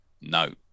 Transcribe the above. no